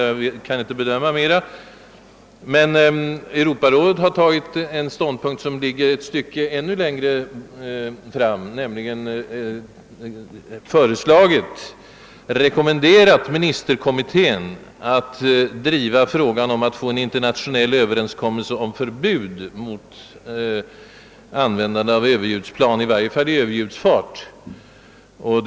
Europarådet har emellertid tagit en ståndpunkt som syftar ännu längre: man har rekommenderat ministerkommittén att driva frågan om att få till stånd en internationell över enskommelse om förbud mot användande av Ööverljudsplan, i varje fall i överljudsfart, över befolkade områden.